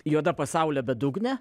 juoda pasaulio bedugnė